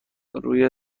روی